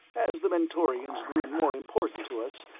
as the mentorians grew more important to us,